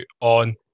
on